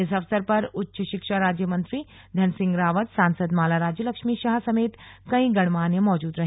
इस अवसर पर उच्च शिक्षा राज्य मंत्री धन सिंह रावत सांसद माला राज्यलक्ष्मी शाह समेत कई गणमान्य मौजूद रहे